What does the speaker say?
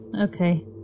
Okay